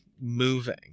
moving